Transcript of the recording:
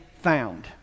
found